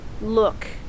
Look